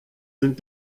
sind